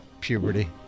Puberty